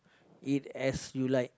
eat as you like